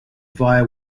via